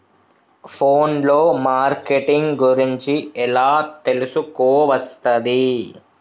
Phone లో marketing గురించి ఎలా తెలుసుకోవస్తది?